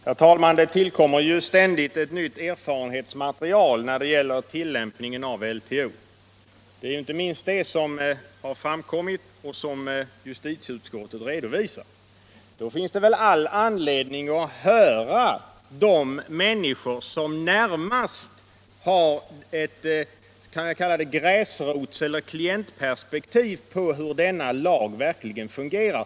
Herr talman! Det tillkommer ju ständigt eu nytt erfarenhetsmaterial om tillämpningen av LTO. Det är inte minst detta som justiticutskottet redovisar. Då finns det väl all anledning att höra de människor som närmast har ett, låt mig kalla det gräsrotseller klientperspektiv på hur denna lag verkligen fungerar.